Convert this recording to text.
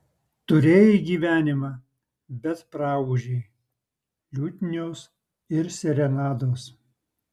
turėjai gyvenimą bet praūžei liutnios ir serenados